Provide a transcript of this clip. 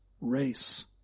race